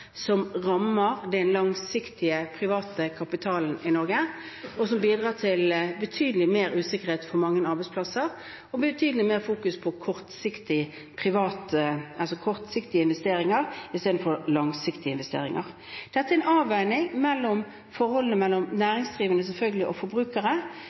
som rammer den langsiktige private kapitalen i Norge, og som bidrar til betydelig mer usikkerhet for mange arbeidsplasser og betydelig mer fokusering på kortsiktige investeringer istedenfor på langsiktige investeringer. Dette er en avveining mellom forholdene